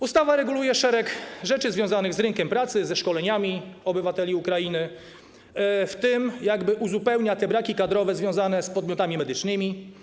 Ustawa reguluje szereg rzeczy związanych z rynkiem pracy, ze szkoleniami obywateli Ukrainy, w tym jakby uzupełnia te braki kadrowe związane z podmiotami medycznymi.